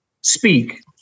speak